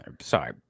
sorry